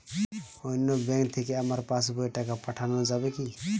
অন্য ব্যাঙ্ক থেকে আমার পাশবইয়ে টাকা পাঠানো যাবে কি?